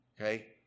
Okay